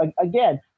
Again